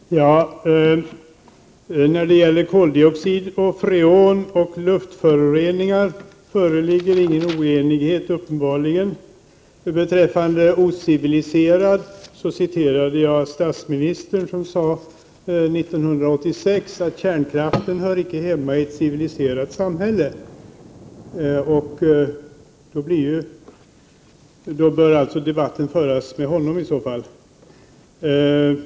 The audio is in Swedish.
Herr talman! När det gäller koldioxid, freoner och luftföroreningar föreligger det uppenbarligen inte någon oenighet. I fråga om ordet ociviliserad så citerade jag statsministern som 1986 sade att kärnkraften icke hör hemma i ett civiliserat samhälle. Debatten om civiliserat eller ociviliserat bör således föras med honom.